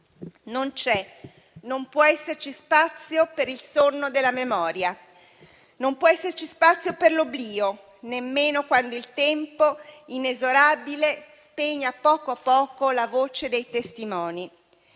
Non c'è e non può esserci spazio per il sonno della memoria, non può esserci spazio per l'oblio, nemmeno quando il tempo inesorabile spegne a poco a poco la voce dei testimoni.